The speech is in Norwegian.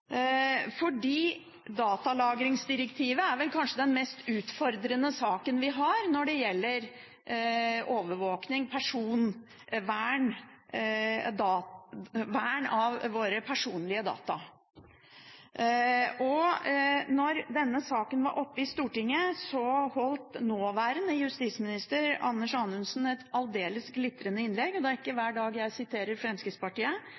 fordi datalagringsdirektivet vel kanskje er den mest utfordrende saken vi har når det gjelder overvåkning og personvern – vern av våre personlige data. Da denne saken var oppe i Stortinget, holdt nåværende justisminister Anders Anundsen et aldeles glitrende innlegg. Det er ikke hver dag jeg siterer Fremskrittspartiet,